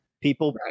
People